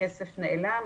והכסף נעלם.